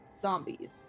Zombies